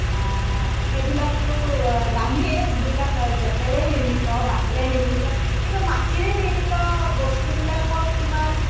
সেইবিলাকতো দামীয়েই যিবিলাক বেঁতেৰে নিৰ্মিত বাঁহেৰে নিৰ্মিত কিন্তু মাটিৰে নিৰ্মিত বস্তুবিলাকত সিমান